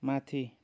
माथि